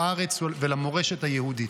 לארץ ולמורשת היהודית.